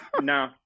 No